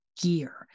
gear